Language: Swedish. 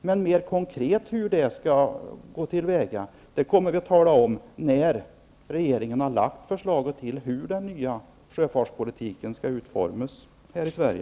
Men hur det mer konkret skall gå till kommer vi att tala om när regeringen har lagt fram förslaget till hur den nya sjöfartspolitiken skall utformas här i Sverige.